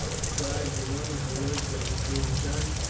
described the wonderful work that was being done,